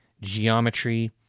geometry